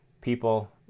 people